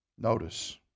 Notice